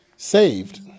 Saved